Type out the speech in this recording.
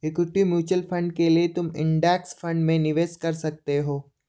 equity mutual fund के लिए तुम इंडेक्स फंड में निवेश कर सकते हो